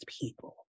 people